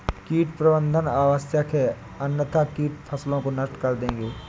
कीट प्रबंधन आवश्यक है अन्यथा कीट फसलों को नष्ट कर देंगे